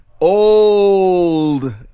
Old